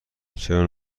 چرا